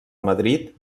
madrid